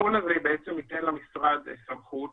ייתן למשרד סמכות